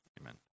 Amen